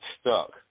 stuck